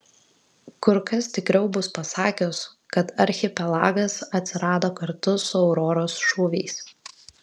kur kas tikriau bus pasakius kad archipelagas atsirado kartu su auroros šūviais